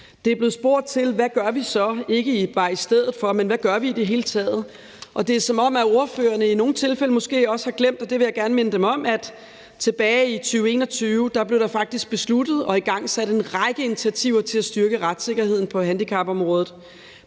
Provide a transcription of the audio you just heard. Der er blevet spurgt til, hvad vi så gør, ikke bare i stedet for, men hvad vi i det hele taget gør. Det er, som om at ordførerne i nogle tilfælde også har glemt – og det vil jeg gerne minde dem om – at tilbage i 2021 blev der faktisk besluttet og igangsat en række initiativer til at styrke retssikkerheden på handicapområdet.